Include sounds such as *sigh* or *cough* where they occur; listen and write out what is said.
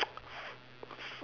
*noise*